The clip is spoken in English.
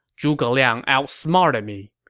zhuge liang outsmarted me.